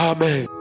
Amen